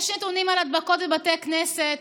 יש נתונים על הדבקות בבתי כנסת,